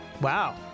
Wow